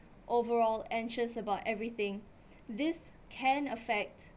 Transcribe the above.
overall anxious about everything this can affect